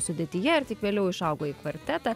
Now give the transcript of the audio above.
sudėtyje ir tik vėliau išaugo į kvartetą